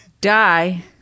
Die